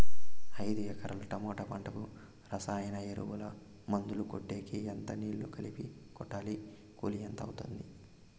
ఐదు ఎకరాల టమోటా పంటకు రసాయన ఎరువుల, మందులు కొట్టేకి ఎంత నీళ్లు కలిపి కొట్టాలి? కూలీ ఎంత అవుతుంది?